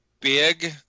big